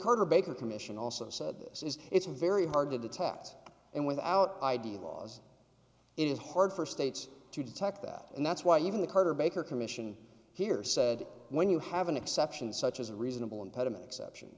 carter baker commission also said this is it's very hard to detect and without id laws it is hard for states to detect that and that's why even the carter baker commission here said when you have an exception such as a reasonable impediment exception